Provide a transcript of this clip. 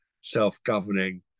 self-governing